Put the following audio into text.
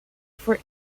for